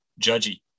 judgy